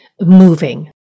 moving